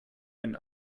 einen